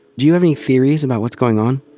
do you have any theories about what's going on?